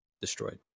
destroyed